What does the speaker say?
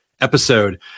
episode